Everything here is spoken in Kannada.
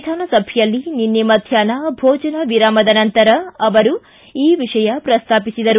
ವಿಧಾನಸಭೆಯಲ್ಲಿ ನಿನ್ನೆ ಮಧ್ಯಾಪ್ನ ಭೋಜನ ವಿರಾಮದ ನಂತರ ಅವರು ಈ ವಿಷಯ ಪ್ರಸ್ತಾಪಿಸಿದರು